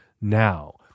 now